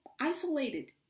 isolated